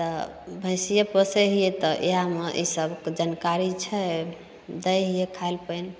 तऽ भैंसिए पोसैत हियै तऽ इहएमे ई सबके जानकारी छै दै हियै खाइ लए पानि